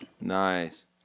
Nice